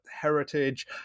heritage